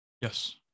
Yes